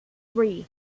three